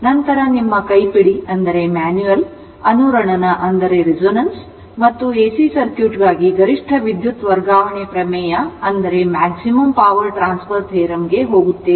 ನಂತರ ನಿಮ್ಮ ಕೈಪಿಡಿ ಅನುರಣನ ಮತ್ತು ಎಸಿ ಸರ್ಕ್ಯೂಟ್ಗಾಗಿ ಗರಿಷ್ಠ ವಿದ್ಯುತ್ ವರ್ಗಾವಣೆ ಪ್ರಮೇಯಕ್ಕೆ ಹೋಗುತ್ತೇವೆ